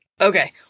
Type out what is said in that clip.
Okay